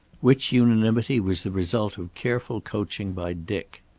which unanimity was the result of careful coaching by dick.